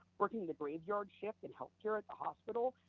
working the graveyard shift in healthcare at the hospital,